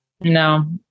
No